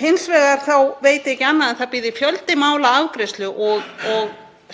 Hins vegar veit ég ekki annað en að fjöldi mála bíði afgreiðslu.